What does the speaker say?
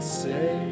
say